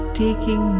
taking